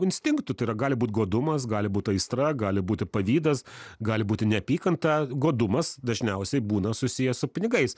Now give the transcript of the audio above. instinktų tai yra gali būt godumas gali būt aistra gali būti pavydas gali būti neapykanta godumas dažniausiai būna susijęs su pinigais